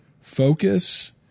focus